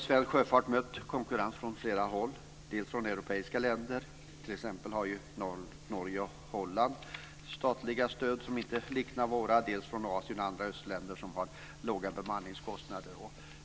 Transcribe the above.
Svensk sjöfart har mött konkurrens från flera håll, dels från europeiska länder, t.ex. från Norge och Holland, som har statliga stöd som inte liknar våra, dels från asiatiska länder och andra östländer med låga bemanningskostnader.